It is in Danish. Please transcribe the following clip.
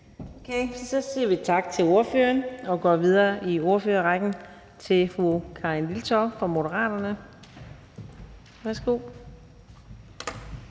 Så siger vi tak til ordføreren og går videre i ordførerrækken til fru Karin Liltorp fra Moderaterne. Værsgo.